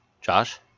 Josh